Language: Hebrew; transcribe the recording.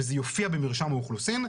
וזה יופיע במרשם האוכלוסין,